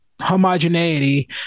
homogeneity